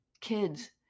kids